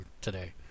today